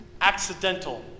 accidental